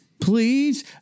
please